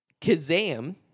Kazam